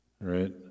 right